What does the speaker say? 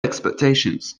expectations